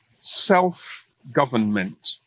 self-government